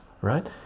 right